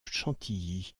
chantilly